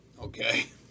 Okay